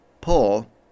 pull